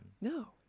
No